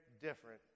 different